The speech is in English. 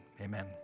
Amen